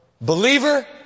Believer